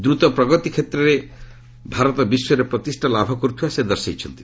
ଦ୍ରୁତ ପ୍ରଗତି କ୍ଷେତ୍ରରେ ଭାରତ ବିଶ୍ୱରେ ପ୍ରତିଷ୍ଠା ଲାଭ କରୁଥିବା ସେ ଦର୍ଶାଇଛନ୍ତି